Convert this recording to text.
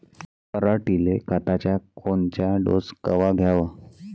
पऱ्हाटीले खताचा कोनचा डोस कवा द्याव?